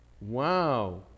Wow